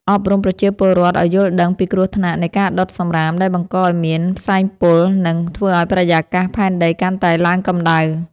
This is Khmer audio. អប់រំប្រជាពលរដ្ឋឱ្យយល់ដឹងពីគ្រោះថ្នាក់នៃការដុតសំរាមដែលបង្កឱ្យមានផ្សែងពុល និង ធ្វើឱ្យបរិយាកាសផែនដីកាន់តែឡើងកម្ដៅ។